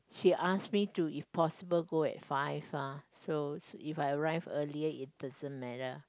she ask me to if possible go at five ah so if I arrive earlier it doesn't matter